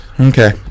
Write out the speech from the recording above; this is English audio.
Okay